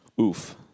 Oof